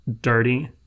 dirty